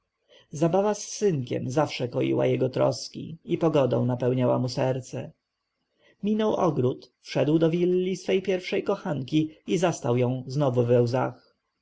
zabawa z synkiem zawsze koiła jego troski i pogodą napełniała mu serce minął ogród wszedł do willi swej pierwszej kochanki i zastał ją znowu we łzach